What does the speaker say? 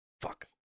Fuck